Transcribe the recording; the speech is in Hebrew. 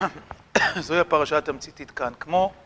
זוהי הפרשת התמציתית כאן, כמו